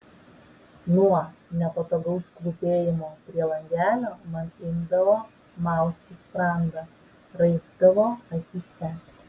nuo nepatogaus klūpėjimo prie langelio man imdavo mausti sprandą raibdavo akyse